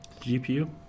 GPU